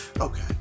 okay